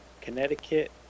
Connecticut